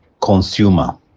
consumer